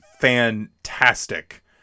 fantastic